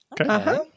Okay